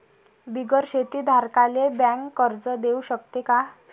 बिगर शेती धारकाले बँक कर्ज देऊ शकते का?